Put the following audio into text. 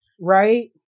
Right